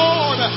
Lord